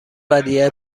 ودیعه